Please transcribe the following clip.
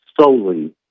solely